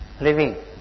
living